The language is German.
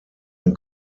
ein